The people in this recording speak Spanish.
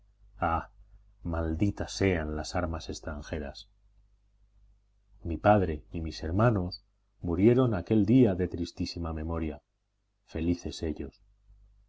malditas sean las armas extranjeras mi padre y mis hermanos murieron aquel día de tristísima memoria felices ellos